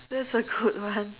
that is a good one